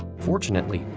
fortunately,